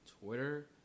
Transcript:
Twitter